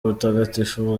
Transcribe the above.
butagatifu